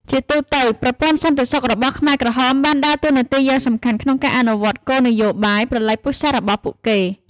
ជាទូទៅ ប្រព័ន្ធសន្តិសុខរបស់ខ្មែរក្រហមបានដើរតួនាទីយ៉ាងសំខាន់ក្នុងការអនុវត្តគោលនយោបាយប្រល័យពូជសាសន៍របស់ពួកគេ។